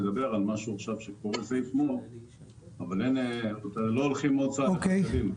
אבל לא הולכים עוד צעד אחד קדימה.